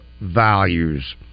values